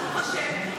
ברוך השם,